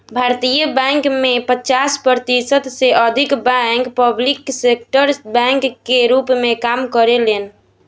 भारतीय बैंक में पचास प्रतिशत से अधिक बैंक पब्लिक सेक्टर बैंक के रूप में काम करेलेन